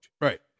right